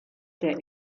der